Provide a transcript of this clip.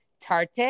Tarte